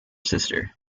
sister